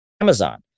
Amazon